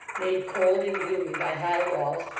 made cold and gloomy by high walls,